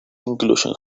incluyen